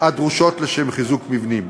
הדרושות לחיזוק מבנים.